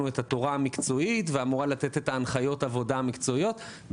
את התורה המקצועית ואמורה לתת את הנחיות העבודה המקצועיות,